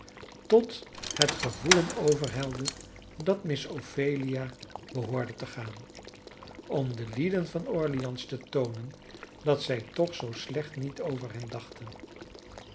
tot het gevoelen overhelde dat miss ophelia behoorde te gaan om de lieden van orleans te toonen dat zij toch zoo slecht niet over hen dachten